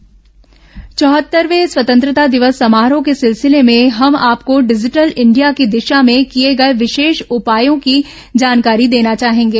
केन्द्र digital India चौहत्तरवें स्वतंत्रता दिवस समारोह के सिलसिले में हम आपको डिजिटल इंडिया की दिशा में किये गए विशेष उपायों की जानकारी देना चाहेंगे